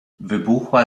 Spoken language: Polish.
wybuchała